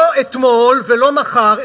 לא אתמול ולא מחר,